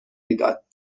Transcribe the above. میداد